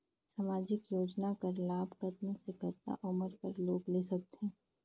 समाजिक योजना कर लाभ कतना से कतना उमर कर लोग ले सकथे?